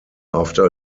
after